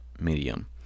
medium